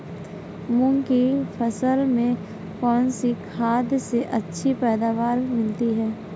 मूंग की फसल में कौनसी खाद से अच्छी पैदावार मिलती है?